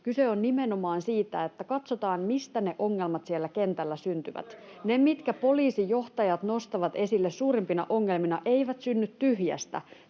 Kyse on nimenomaan siitä, että katsotaan, mistä ne ongelmat siellä kentällä syntyvät. [Mauri Peltokangas: Tuleeko rahoitus vai ei?] Ne, mitkä poliisijohtajat nostavat esille suurimpina ongelmina, eivät synny tyhjästä.